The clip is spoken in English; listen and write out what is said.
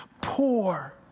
poor